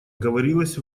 говорилось